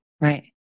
right